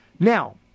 Now